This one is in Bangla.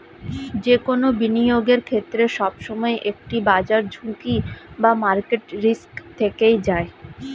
যে কোনো বিনিয়োগের ক্ষেত্রে, সবসময় একটি বাজার ঝুঁকি বা মার্কেট রিস্ক থেকেই যায়